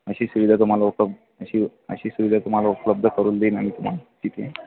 अशी सुविधा तुम्हाला उपलब्ध अशी अशी सुविधा तुम्हाला उपलब्ध करून देईन आम्ही तुम्हाला तिथे